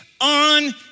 on